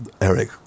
Eric